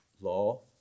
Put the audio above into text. law